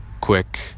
quick